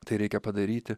tai reikia padaryti